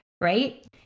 right